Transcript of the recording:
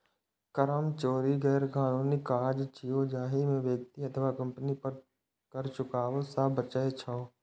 कर चोरी गैरकानूनी काज छियै, जाहि मे व्यक्ति अथवा कंपनी कर चुकाबै सं बचै छै